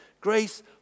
Grace